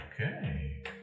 Okay